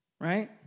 Right